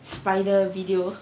spider video